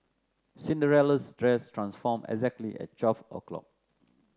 Cinderella's dress transformed exactly at twelve o' clock